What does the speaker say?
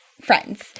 Friends